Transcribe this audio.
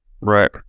Right